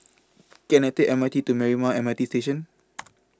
Can I Take M R T to Marymount M R T Station